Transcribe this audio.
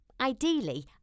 Ideally